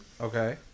Okay